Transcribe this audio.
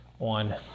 One